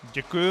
Děkuji.